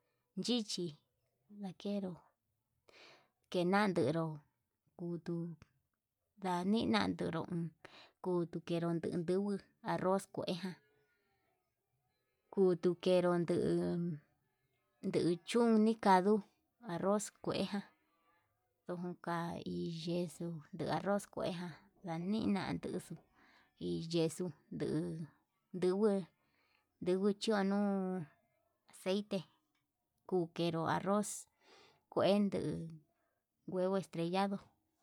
Yichi ndakenro kenan kneró, kutuu ndani nandero kutuu kenruu ndun nduguu arroz kuejan kutu kenruu nduu, ndun chún nikandu arroz kuejan ndon ka hi yexu arroz kuejan ndanin nanduxuu iyexuu yuu yunguu ndigui chún nuu aceite, kuu kenro arroz kuen nduu huevo estrellado.